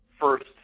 first